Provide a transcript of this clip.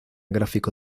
gráfico